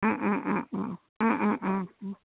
ও ও ও ও ও ও ও ও